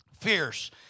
Fierce